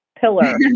pillar